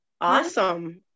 awesome